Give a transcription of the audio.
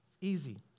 Easy